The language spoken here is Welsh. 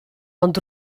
ond